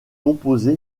composé